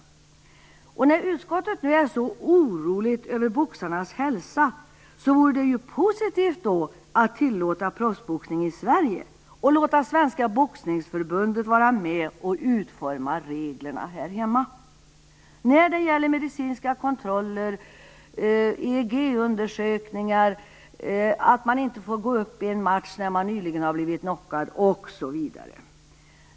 När man nu i utskottet är så orolig över boxarnas hälsa vore det positivt att tillåta proffsboxningen i Sverige och låta Svenska boxningsförbundet vara med och utforma reglerna här hemma när det gäller medicinska kontroller, EEG-undersökningar, att man inte får gå upp i en match när man nyligen har blivit knockad osv.